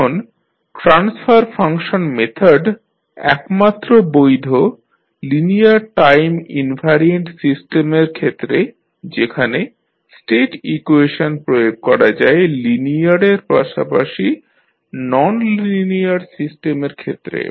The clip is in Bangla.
এখন ট্রান্সফার ফাংশন মেথড একমাত্র বৈধ লিনিয়ার টাইম ইনভ্যারিয়েন্ট সিস্টেমের ক্ষেত্রে যেখানে স্টেট ইকুয়েশন প্রয়োগ করা যায় লিনিয়ারের পাশাপাশি ননলিনিয়ার সিস্টেমের ক্ষেত্রেও